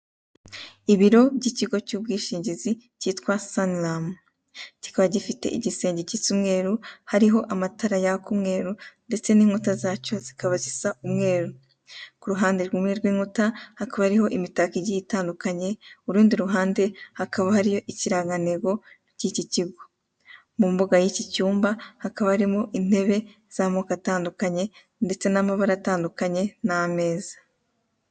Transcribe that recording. Ibiro by'ikigo cy'ubwishingizi cyitwa saniramu. Kikaba gifite igisenge gisa umweru, hariho amatara yaka umweru ndetse n'inkuta zacyo zikaba zisa umweru. Ku ruhande rumwe rw'inkuta hakaba hariho imitako igiye itandukanye, urundi ruhande hakaba hariyo ikirangantego cy'iki kigo. Mu mbuga y'iki cyumba hakaba harimo intebe z'amoko atandukanye ndetse n'amabara atandukanye n'ameza.